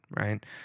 right